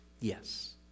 yes